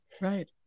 Right